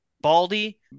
Baldy